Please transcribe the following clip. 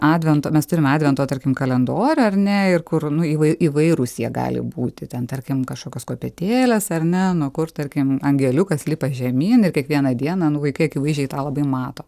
advento mes turime advento tarkim kalendorių ar ne ir kur nu įvai įvairūs jie gali būti ten tarkim kažkokios kopėtėlės ar ne nu kur tarkim angeliukas lipa žemyn ir kiekvieną dieną nu vaikai akivaizdžiai tą labai mato